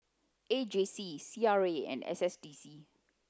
A J C C R A and S S D C